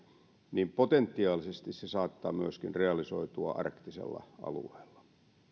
niin potentiaalisesti se saattaa myöskin realisoitua arktisella alueella